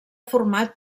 format